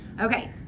Okay